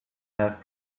have